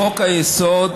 בחוק-היסוד